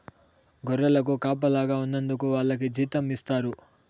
గొర్రెలకు కాపలాగా ఉన్నందుకు వాళ్లకి జీతం ఇస్తారు